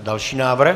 Další návrh.